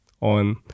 on